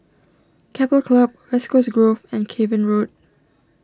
Keppel Club West Coast Grove and Cavan Road